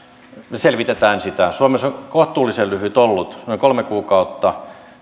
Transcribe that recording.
me selvitämme sitä suomessa on kohtuullisen lyhyt aika ollut noin kolme kuukautta